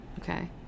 Okay